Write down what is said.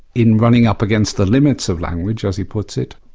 in running up against the limits of language, as he puts it.